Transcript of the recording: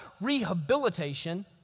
rehabilitation